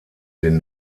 den